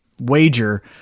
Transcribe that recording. wager